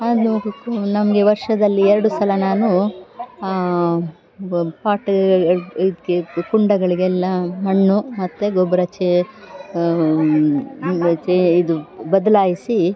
ಅದು ಕು ನಮಗೆ ವರ್ಷದಲ್ಲಿ ಎರಡು ಸಲ ನಾನು ಬ ಪಾಟೂ ಇದಕ್ಕೆ ಕ್ ಕುಂಡಗಳಿಗೆಲ್ಲ ಮಣ್ಣು ಮತ್ತು ಗೊಬ್ಬರ ಚೆ ಚೆ ಇದು ಬದಲಾಯಿಸಿ